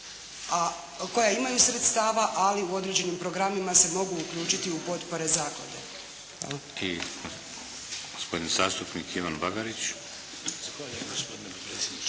koja imaju sredstava, ali u određenim programima se mogu uključiti u potpore zaklade.